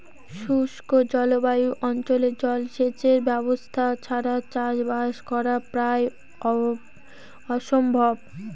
শুষ্ক জলবায়ু অঞ্চলে জলসেচের ব্যবস্থা ছাড়া চাষবাস করা প্রায় অসম্ভব